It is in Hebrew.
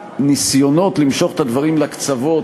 ניסיונות למשוך את הדברים לקצוות,